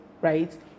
right